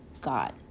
god